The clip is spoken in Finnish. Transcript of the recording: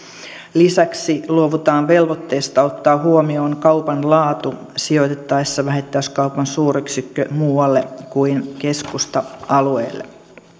lisäksi luovutaan velvoitteesta ottaa huomioon kaupan laatu sijoitettaessa vähittäiskaupan suuryksikkö muualle kuin keskusta alueelle